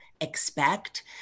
expect